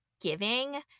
giving